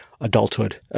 adulthood